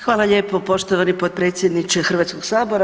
Hvala lijepo poštovani potpredsjedniče Hrvatskog sabora.